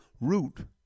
root